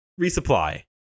resupply